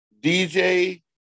DJ